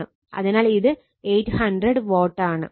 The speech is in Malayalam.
അതിനാൽ ഇത് 800 Watt ആണ്